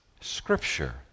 Scripture